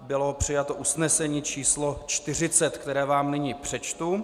Bylo přijato usnesení číslo 40, které vám nyní přečtu.